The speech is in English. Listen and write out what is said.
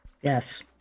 Yes